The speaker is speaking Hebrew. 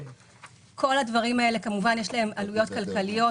לכל הדברים האלה כמובן יש עלויות כלכליות,